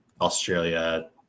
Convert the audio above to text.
Australia